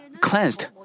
cleansed